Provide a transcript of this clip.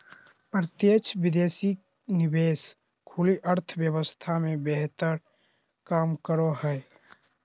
प्रत्यक्ष विदेशी निवेश खुली अर्थव्यवस्था मे बेहतर काम करो हय